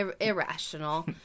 irrational